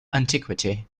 antiquity